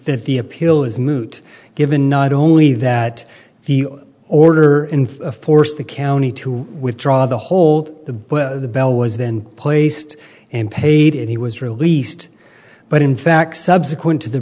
that the appeal is moot given not only that the order in force the county to withdraw the hold the but the bell was then placed and paid and he was released but in fact subsequent to the